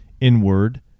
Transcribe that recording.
inward